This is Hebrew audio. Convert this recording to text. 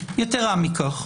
יתרה מכך,